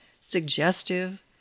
suggestive